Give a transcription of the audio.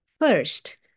First